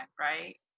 right